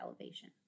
elevation